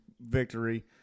victory